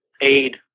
aid